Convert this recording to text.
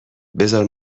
بزار